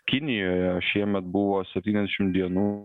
kinijoje šiemet buvo septyniasdešim dienų